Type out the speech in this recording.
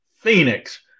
Phoenix